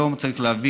היום, צריך להבין,